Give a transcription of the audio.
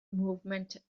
movement